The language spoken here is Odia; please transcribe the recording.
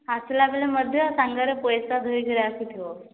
ଆସିଲାବେଳେ ମଧ୍ୟ ସାଙ୍ଗରେ ପଇସା ଧରି କରି ଆସିଥିବ